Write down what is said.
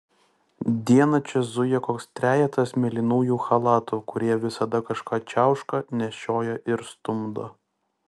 dieną čia zuja koks trejetas mėlynųjų chalatų kurie visada kažką čiauška nešioja ir stumdo